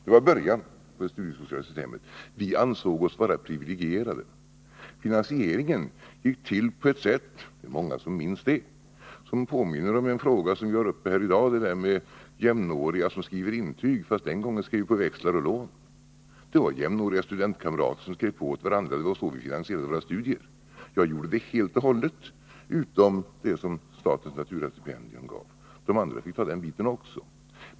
Det var början på det studiesociala systemet. Vi ansåg oss vara privilegierade. Finansieringen gick till på ett sätt — det är många som minns det — som påminner om en fråga som vi har uppe här i dag, nämligen den om jämnåriga som skriver intyg åt varandra, men den gången skrev vi på växlar och lån. Det var jämnåriga studentkamrater som skrev på åt varandra. Så finansierade vi våra studier. Jag gjorde det helt och hållet på det sättet, utom i fråga om det som statens naturastipendium gav. De andra fick ta den biten också.